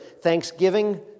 thanksgiving